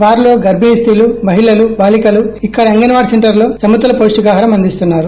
వారిలో గర్బిణీ స్తీలు మహిళలు బాలీకలకు ఇక్కడి అంగస్ వాడి సెంటర్ లో సమతుల పౌషికాహారం అందిస్తున్నారు